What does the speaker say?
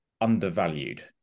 undervalued